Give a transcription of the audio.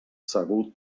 segur